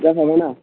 जाखाबायना